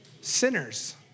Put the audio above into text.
sinners